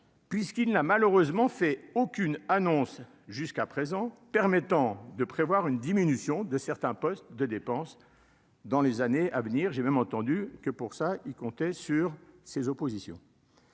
puisqu'il n'a malheureusement fait aucune annonce jusqu'à présent, permettant de prévoir une diminution de certains postes de dépenses dans les années à venir, j'ai même entendu que pour ça, il comptait sur ces oppositions.